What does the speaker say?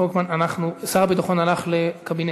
חבר הכנסת פולקמן, שר הביטחון הלך לקבינט.